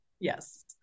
yes